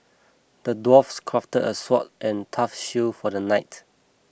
the dwarf crafted a sword and tough shield for the knight